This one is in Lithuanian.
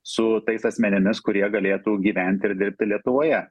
su tais asmenimis kurie galėtų gyventi ir dirbti lietuvoje